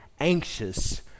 anxious